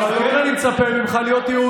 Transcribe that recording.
זה בסדר גמור, אבל אני מצפה ממך להיות יהודי.